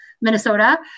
Minnesota